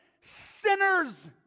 sinners